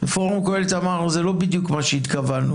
ופורום קהלת אמר: זה לא בדיוק מה שהתכוונו.